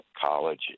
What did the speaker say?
college